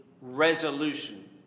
resolution